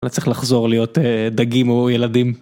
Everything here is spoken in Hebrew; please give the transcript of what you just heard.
אני צריך לחזור להיות דגים או ילדים.